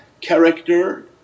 character